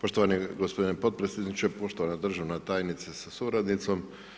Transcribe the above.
Poštovani gospodine potpredsjedniče, poštovana državna tajnice sa suradnicom.